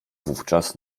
wówczas